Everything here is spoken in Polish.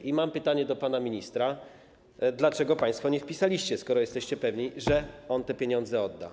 I mam pytanie do pana ministra: Dlaczego państwo tego nie wpisaliście, skoro jesteście pewni, że on te pieniądze odda?